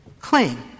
claim